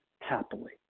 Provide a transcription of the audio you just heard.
happily